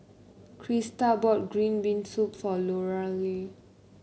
Christa bought Green Bean Soup for Lorelei